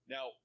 Now